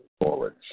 forward